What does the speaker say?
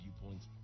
viewpoints